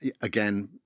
Again